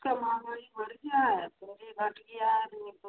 महँगाई बढ़ गया है पूँजी घट गया आदमी को